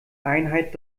einheit